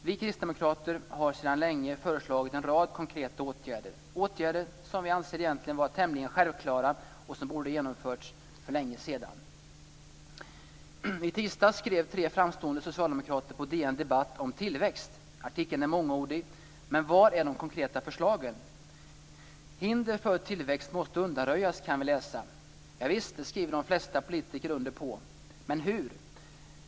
Vi kristdemokrater har sedan länge föreslagit en rad konkreta åtgärder - åtgärder som vi egentligen anser vara tämligen självklara och som borde ha genomförts för länge sedan. I tisdags skrev tre framstående socialdemokrater på DN Debatt om tillväxt. Artikeln är mångordig. Men var är de konkreta förslagen? Hinder för tillväxt måste undanröjas, kan vi läsa. Javisst, det skriver de flesta under på. Men hur?